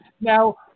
Now